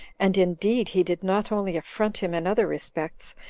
and indeed he did not only affront him in other respects,